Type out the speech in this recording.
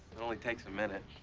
it only takes a minute.